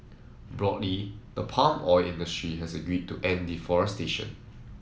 broadly the palm oil industry has agreed to end deforestation